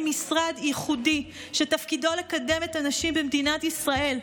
משרד ייחודי שתפקידו לקדם את הנשים במדינת ישראל.